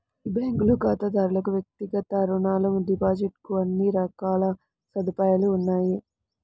ఈ బ్యాంకులో ఖాతాదారులకు వ్యక్తిగత రుణాలు, డిపాజిట్ కు అన్ని రకాల సదుపాయాలు ఉన్నాయి